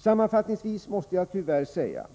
Sammanfattningsvis måste jag tyvärr säga